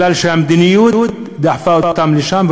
אלא בגלל שהמדיניות דחפה אותם לשם.